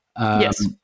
yes